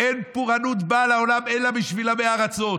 אין פורענות באה לעולם אלא בשביל עמי ארצות.